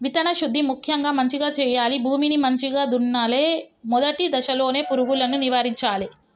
విత్తన శుద్ధి ముక్యంగా మంచిగ చేయాలి, భూమిని మంచిగ దున్నలే, మొదటి దశలోనే పురుగులను నివారించాలే